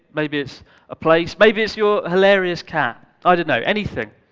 maybe it's a place, maybe it's your hilarious cat, i don't know, anything.